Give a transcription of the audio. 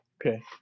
Okay